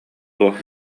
туох